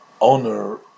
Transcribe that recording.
owner